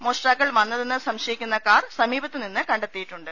മോഷ്ടാക്കൾ വന്നതെന്ന് സംശയിക്കുന്നുകാർ സമീപത്തുനിന്ന് കണ്ടെത്തിയിട്ടുണ്ട്